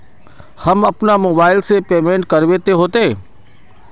हम अपना मोबाईल से पेमेंट करबे ते होते?